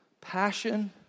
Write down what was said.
passion